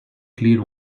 clear